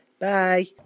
bye